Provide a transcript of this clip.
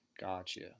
Gotcha